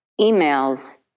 emails